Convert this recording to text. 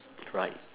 right